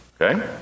okay